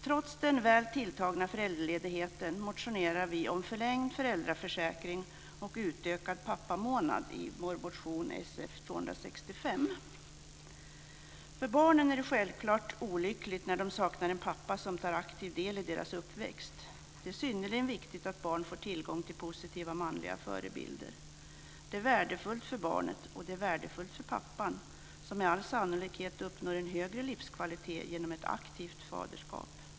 Trots den väl tilltagna föräldraledigheten motionerar vi om förlängd föräldraförsäkring och utökad pappamånad i motion Sf265. För barnen är det självklart olyckligt när de saknar en pappa som tar aktiv del i deras uppväxt. Det är synnerligen viktigt att barn får tillgång till positiva manliga förebilder. Det är värdefullt för barnet, och det är värdefullt för pappan, som med all sannolikhet uppnår en högre livskvalitet genom ett aktivt faderskap.